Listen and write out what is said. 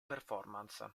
performance